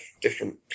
different